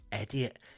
idiot